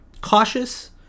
cautious